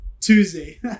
Tuesday